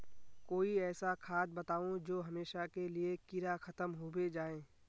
कोई ऐसा खाद बताउ जो हमेशा के लिए कीड़ा खतम होबे जाए?